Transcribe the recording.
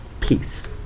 peace